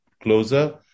closer